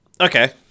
Okay